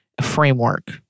framework